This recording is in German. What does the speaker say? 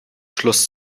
schluss